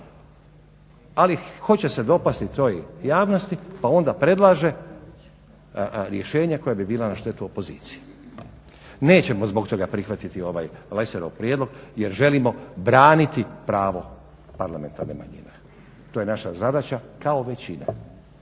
ali hoće se dopasti toj javnosti pa onda predlaže rješenje koje bi bilo na štetu opoziciji. Nećemo zbog toga prihvatiti ovaj Lesarov prijedlog jer želimo braniti pravo parlamentarne manjine. To je naša zadaća kao većine.